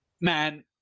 man